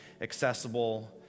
accessible